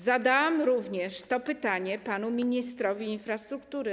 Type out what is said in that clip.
Zadałam również to pytanie panu ministrowi infrastruktury.